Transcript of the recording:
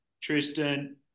Tristan